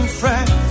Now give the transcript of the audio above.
friend